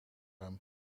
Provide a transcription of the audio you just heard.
hem